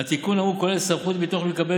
התיקון האמור כולל סמכות הביטוח הלאומי לקבל